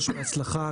בהצלחה,